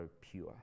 pure